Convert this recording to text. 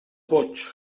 boigs